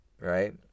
right